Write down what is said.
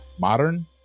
Modern